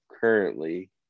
currently